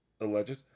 Alleged